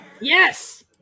Yes